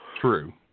True